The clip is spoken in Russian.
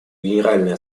генеральная